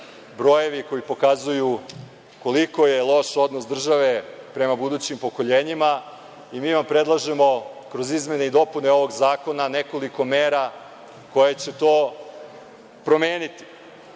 brojevi koji pokazuju koliko je loš odnos države prema budućim pokolenjima. Mi vam predlažemo, kroz izmene i dopune ovog zakona, nekoliko mera koje će to promeniti.